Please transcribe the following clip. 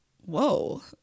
Whoa